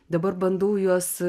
dabar bandau juos